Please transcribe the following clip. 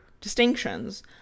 distinctions